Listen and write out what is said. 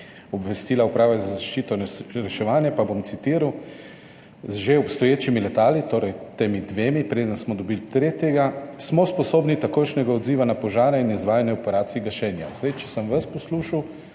obvestila Uprave za zaščito in reševanje, pa bom citiral: »Z že obstoječimi letali«, torej s tema dvema, preden smo dobili tretjega, »smo sposobni takojšnjega odziva na požare in izvajanje operacij gašenja.« Če sem vas poslušal,